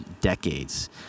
decades